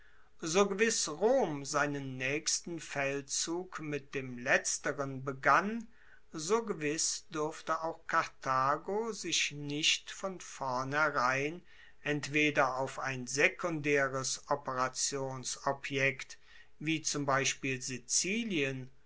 so gewiss rom seinen naechsten feldzug mit dem letzteren begann so gewiss durfte auch karthago sich nicht von vornherein entweder auf ein sekundaeres operationsobjekt wie zum beispiel sizilien